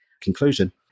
conclusion